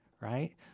right